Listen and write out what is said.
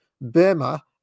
Burma